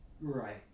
Right